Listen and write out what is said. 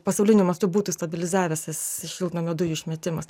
pasauliniu mastu būtų stabilizavęsis šiltnamio dujų išmetimas